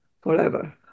forever